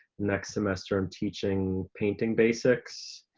next semester i'm teaching painting basics.